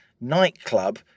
nightclub